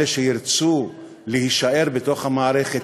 אלה שירצו להישאר בתוך המערכת,